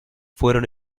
fueron